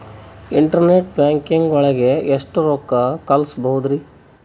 Internet banking ಒಳಗೆ ಎಷ್ಟ್ ರೊಕ್ಕ ಕಲ್ಸ್ಬೋದ್ ರಿ?